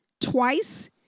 twice